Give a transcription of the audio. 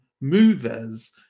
movers